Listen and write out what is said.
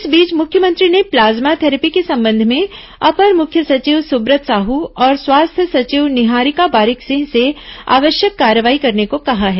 इस बीच मुख्यमंत्री ने प्लाज्मा थैरेपी के संबंध में अपर मुख्य सचिव सुब्रत साहू और स्वास्थ्य सचिव निहारिका बारिक सिंह से आवश्यक कार्रवाई करने को कहा है